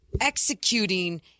executing